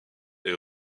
est